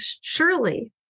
surely